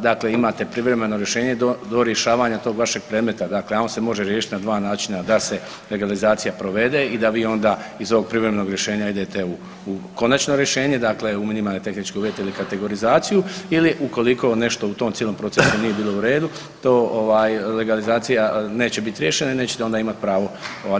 dakle imate privremeno rješenje do rješavanja tog vašeg predmeta, a on se može riješiti na dva način da se legalizacija provede i da vi onda iz ovog privremenog rješenja idete u konačno rješenje, dakle u minimalne tehničke uvjete ili kategorizaciju ili ukoliko nešto u tom cijelom procesu nije bilo u redu to legalizacija neće biti riješena i nećete onda imati pravo dalje obavljat djelatnost.